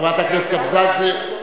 חברת הכנסת אבסדזה,